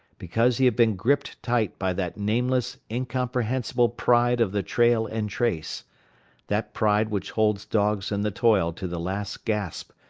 because he had been gripped tight by that nameless, incomprehensible pride of the trail and trace that pride which holds dogs in the toil to the last gasp,